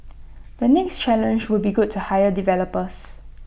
the next challenge would be good to hire developers